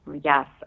yes